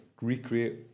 recreate